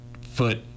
foot